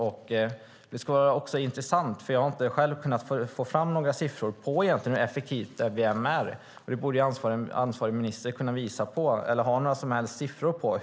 Jag har själv inte kunnat få fram några siffror på hur effektiv LVM är, men det skulle vara intressant att veta. Detta borde ansvarig minister kunna ha några siffror på.